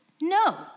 No